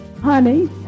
honey